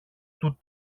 του